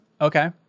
okay